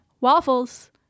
Waffles